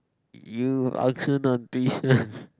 you